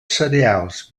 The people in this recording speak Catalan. cereals